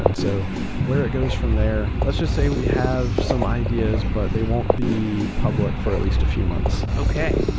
and so where it goes from there, let's just say we have some ideas, but they won't be public for at least a few months. okay.